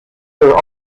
her